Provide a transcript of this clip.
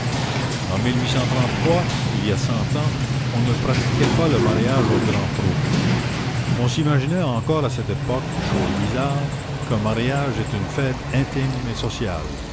en il y a cent ans on ne pratiquait pas le mariage au grand trot on s'imaginait encore à cette époque chose bizarre qu'un mariage est une fête intime et sociale